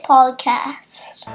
Podcast